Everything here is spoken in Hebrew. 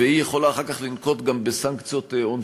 והיא יכולה אחר כך לנקוט גם סנקציות עונשיות,